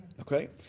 Okay